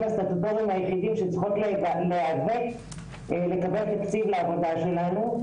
הסטטוטוריים היחידים שצריכות להיאבק לקבל תקציב לעבודה שלנו,